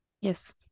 yes